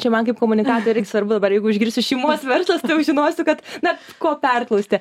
čia man kaip komunikatorei irg svarbu dabar jeigu išgirsiu šeimos verslas tai jau žinosiu kad na ko perklausti